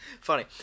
funny